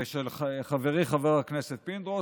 ושל חברי חבר הכנסת פינדרוס.